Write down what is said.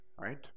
right